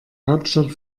hauptstadt